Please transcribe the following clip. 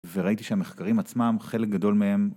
וראיתי שהמחקרים עצמם חלק גדול מהם